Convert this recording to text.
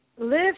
Live